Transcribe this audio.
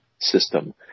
system